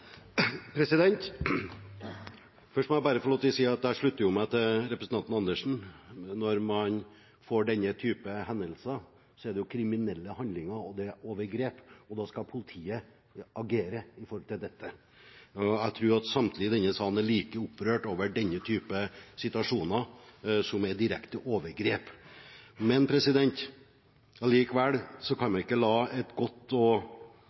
Først må jeg få lov til å si at jeg slutter meg til representanten Andersen. Når man får denne type henvendelser, så er det jo kriminelle handlinger og det er overgrep, og da skal politiet agere overfor dette. Jeg tror samtlige i denne sal er like opprørt over denne type situasjoner, som er direkte overgrep. Men vi kan likevel ikke la et godt og